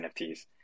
NFTs